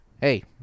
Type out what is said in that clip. Hey